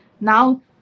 now